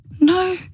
no